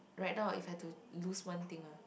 right now if I have to lose one thing ah